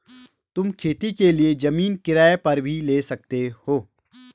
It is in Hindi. तुम खेती के लिए जमीन किराए पर भी ले सकते हो